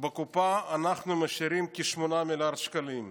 שבקופה אנחנו משאירים כ-8 מיליארד שקלים.